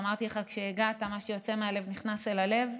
ואמרתי לך כשהגעת: מה שיוצא מן הלב נכנס אל הלב.